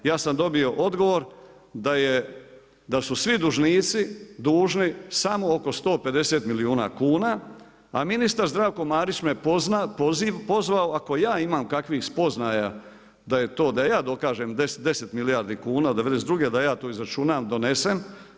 Ja sam dobio odgovor da su svi dužnici dužni samo oko 150 milijuna kuna, a ministar Zdravko Marić me pozvao ako ja imam kakvih spoznaja da je to, da ja dokažem 10 milijardi kuna '92. da ja to izračunam, donesem.